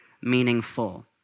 meaningful